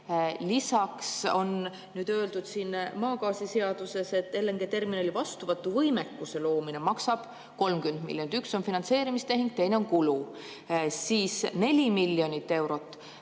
Lisaks on öeldud maagaasiseaduses, et LNG‑terminali vastuvõtuvõimekuse loomine maksab 30 miljonit. Üks on finantseerimistehing, teine on kulu. 4 miljonit eurot